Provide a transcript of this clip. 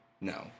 No